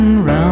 round